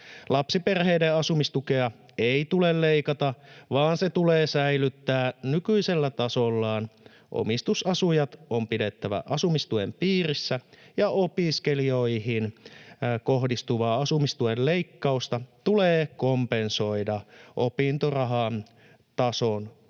Lapsiperheiden asumistukea ei tule leikata, vaan se tulee säilyttää nykyisellä tasollaan, omistusasujat on pidettävä asumistuen piirissä ja opiskelijoihin kohdistuvaa asumistuen leikkausta tulee kompensoida opintorahan tason korotuksella.